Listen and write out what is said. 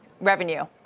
revenue